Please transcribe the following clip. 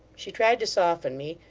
she tried to soften me,